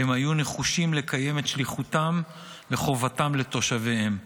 הם היו נחושים לקיים את שליחותם וחובתם לתושביהם.